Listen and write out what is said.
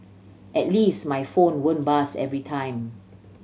at least my phone won't buzz every time